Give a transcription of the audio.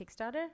Kickstarter